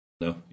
No